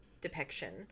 depiction